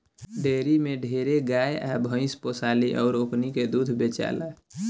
dairy में ढेरे गाय आ भइस पोसाली अउर ओकनी के दूध बेचाला